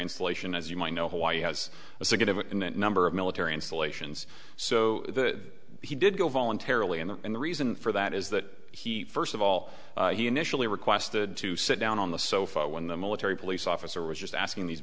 installation as you might know hawaii has a significant number of military installations so that he did go voluntarily and the reason for that is that he first of all he initially requested to sit down on the sofa when the military police officer was just asking these